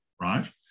right